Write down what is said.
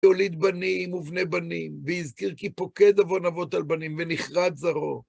יוליד בני, ובני בנים, והזכיר כי פקד עון אבות על בנים ונכרת זרעו